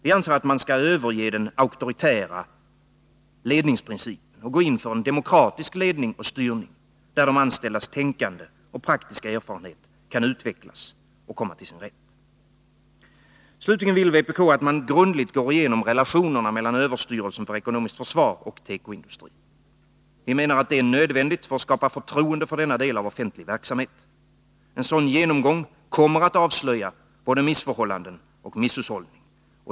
Vi anser att man skall överge den auktoritära ledningsprincipen och gå in för en demokratisk ledning och styrning, där de anställdas tänkande och praktiska erfarenhet kan utvecklas och komma till sin rätt. Slutligen vill vpk att man grundligt går igenom relationerna mellan överstyrelsen för ekonomiskt försvar och tekoindustrin. Vi menar att det är nödvändigt för att skapa förtroende för denna del av offentlig verksamhet. En sådan genomgång kommer att avslöja både missförhållanden och misshushållning.